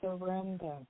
surrender